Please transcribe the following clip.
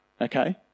okay